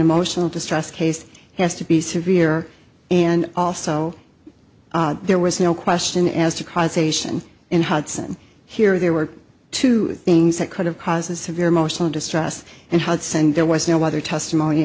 emotional distress case has to be severe and also there was no question as to cause station in hudson here there were two things that could have caused severe emotional distress and had sent there was no other testimony